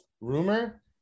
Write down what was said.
Rumor